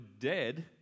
dead